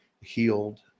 healed